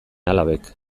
alabek